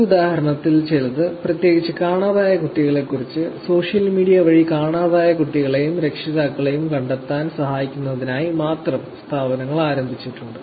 ഈ ഉദാഹരണങ്ങളിൽ ചിലത് പ്രത്യേകിച്ച് കാണാതായ കുട്ടികളെക്കുറിച്ച് സോഷ്യൽ മീഡിയ വഴി കാണാതായ കുട്ടികളെയും രക്ഷിതാക്കളെയും കണ്ടെത്താൻ സഹായിക്കുന്നതിനായി മാത്രം സ്ഥാപനങ്ങൾ ആരംഭിച്ചിട്ടുണ്ട്